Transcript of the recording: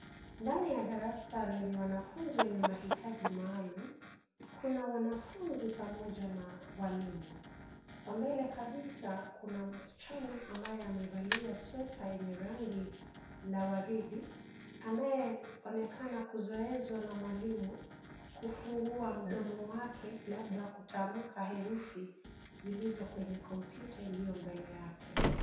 Ndani ya darasa lenye wanafunzi wenye mahitaji maalum kuna wanafunzi pamoja na walimu. Kwa mbele kabisa kuna msichana ambaye amevalia sweta yenye rangi la waridi anayeonekana kuzoezwa na mwalimu kufungua mdomo wake labda kutamka herufi zilizo kwenye kompyuta iliyo mbele yake.